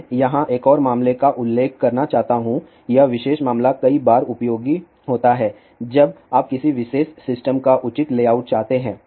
मैं यहाँ एक और मामले का उल्लेख करना चाहता हूँ यह विशेष मामला कई बार उपयोगी होता है जब आप किसी विशेष सिस्टम का उचित लेआउट चाहते हैं